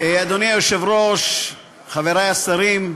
אדוני היושב-ראש, חברי השרים,